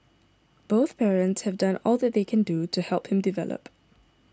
both parents have done all that they can do to help him develop